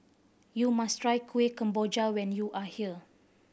you must try Kuih Kemboja when you are here